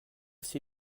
aussi